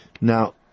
Now